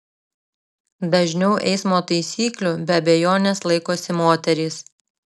dažniau eismo taisyklių be abejonės laikosi moterys